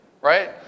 right